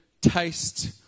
taste